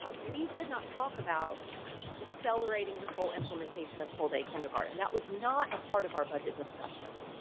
ah we did not talk about accelerating the full implementation of full day kindergarten. that was not a part of our budget. discussions.